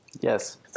Yes